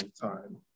time